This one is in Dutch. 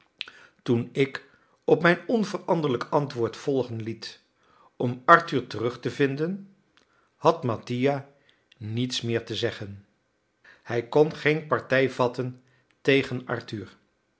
toen ik op mijn onveranderlijk antwoord volgen liet om arthur terug te vinden had mattia niets meer te zeggen hij kon geen partij vatten tegen arthur